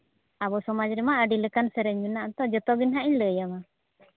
ᱟᱵᱚ ᱥᱚᱢᱟᱡᱽ ᱨᱮᱢᱟ ᱟᱹᱰᱤ ᱞᱮᱠᱟᱱ ᱥᱮᱨᱮᱧ ᱢᱮᱱᱟᱜ ᱟᱛᱚ ᱡᱚᱛᱚ ᱜᱮᱧ ᱦᱟᱸᱜ ᱞᱟᱹᱭ ᱟᱢᱟ